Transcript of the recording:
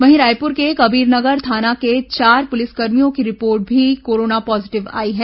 वहीं रायपुर के कबीरनगर थाना के चार पुलिसकर्मियों की रिपोर्ट भी कोरोना पॉजिटिव आई है